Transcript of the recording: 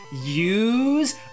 Use